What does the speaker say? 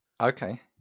okay